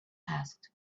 asked